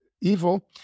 evil